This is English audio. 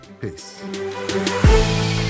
peace